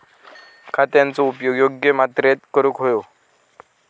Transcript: खतांचो उपयोग योग्य मात्रेत करूक व्हयो